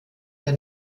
der